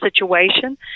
situation